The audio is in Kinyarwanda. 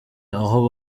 aho